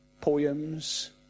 poems